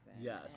Yes